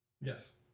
Yes